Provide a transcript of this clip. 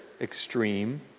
extreme